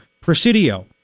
Presidio